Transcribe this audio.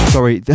Sorry